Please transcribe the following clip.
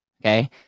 okay